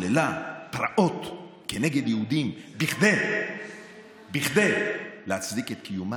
חוללה פרעות כנגד יהודים כדי להצדיק את קיומה,